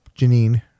Janine